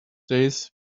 days